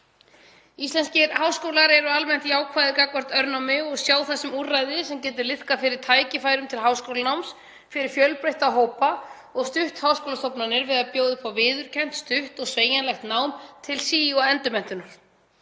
Íslenskir háskólar eru almennt jákvæðir gagnvart örnámi og sjá það sem úrræði sem getur liðkað fyrir tækifærum til háskólanáms fyrir fjölbreytta hópa og stutt háskólastofnanir við að bjóða upp á viðurkennt, stutt og sveigjanlegt nám til sí- og endurmenntunar.